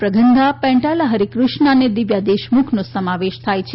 પ્રગન્ધા પેટાલા હરિફ્ટષ્ણ અને દિવ્ય દેશમુખનો સમાવેશ થાય છે